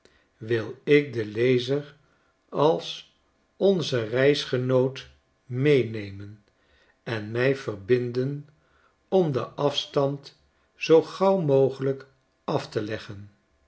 wil ik den lezer als onzen reisgenoot meenemen en mij verbindenom den afstand zoo gauw mogelijk af te leggen